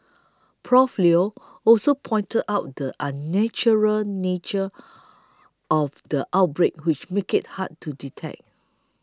Prof Leo also pointed out the unusual nature of the outbreak which made it hard to detect